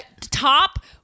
Top